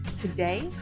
Today